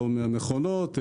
מכונות,